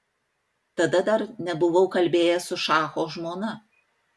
tada dar nebuvau kalbėjęs su šacho žmona